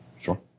Sure